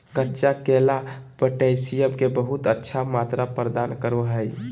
कच्चा केला पोटैशियम के बहुत अच्छा मात्रा प्रदान करो हइ